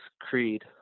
Creed